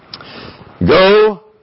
Go